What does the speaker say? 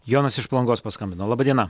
jonas iš palangos paskambino laba diena